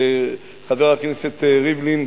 וחבר הכנסת ריבלין,